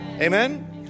Amen